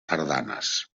sardanes